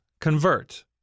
convert